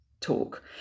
talk